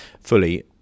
fully